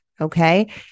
okay